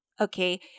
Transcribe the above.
okay